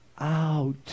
out